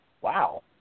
Wow